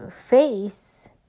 face